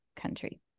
country